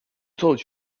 told